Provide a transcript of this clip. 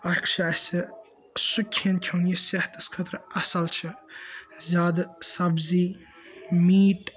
اَکھ چھ اَسہِ سُہ کھیٚن کھیٚون یُس صِحتَس خٲطرٕ اَصٕل چھُ زیادٕ سَبزی میٖٹ